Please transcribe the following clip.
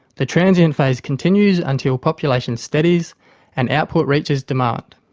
the transient phase continues until population steadies and output reaches demand.